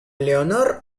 leonor